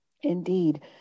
Indeed